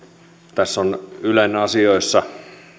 tässä on ylen asioissa